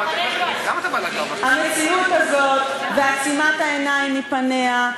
המציאות הזאת ועצימת העיניים מפניה,